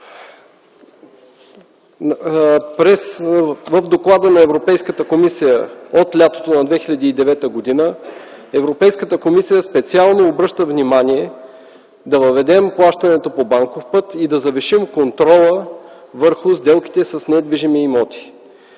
В доклада на Европейската комисия от лятото на 2009 г. Европейската комисия специално обръща внимание да въведем плащането по банков път и да завишим контрола върху сделките с недвижими имоти.